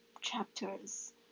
chapters